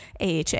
AHA